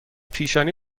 پیشانی